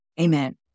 Amen